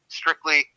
strictly